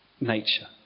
nature